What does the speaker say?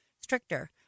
stricter